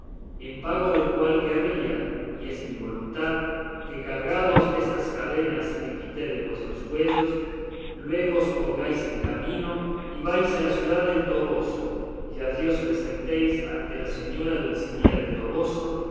en pago del cual querría y es mi voluntad que cargados de esa cadena que quité de vuestros cuellos luego os pongáis en camino y vais a la ciudad del toboso y allí os presentéis ante la señora dulcinea del toboso